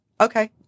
Okay